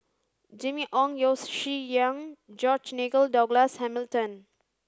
Jimmy Ong Yeo Shih Yun George Nigel Douglas Hamilton